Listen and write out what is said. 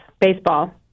baseball